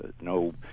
no